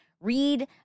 Read